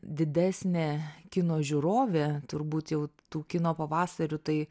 didesnė kino žiūrovė turbūt jau tų kino pavasarių tai